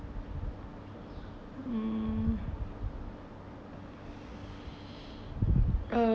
mm uh